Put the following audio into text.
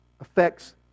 affects